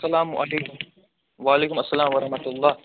اسلامُ علیکُم وعلیکُم السلام وَرحمتُہ اللہ